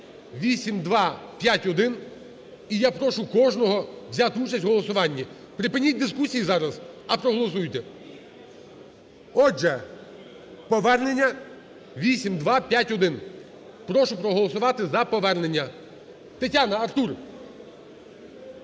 8251. І я прошу кожного взяти участь у голосуванні. Припиніть дискусії зараз, а проголосуйте. Отже, повернення 8251. Прошу проголосувати за повернення. Тетяна, Артур.